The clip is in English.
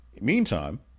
Meantime